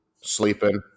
sleeping